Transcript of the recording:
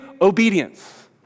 obedience